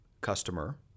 customer